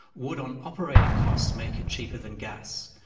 would on operating costs make it cheaper than gas.